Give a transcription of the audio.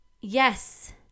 yes